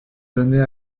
donnait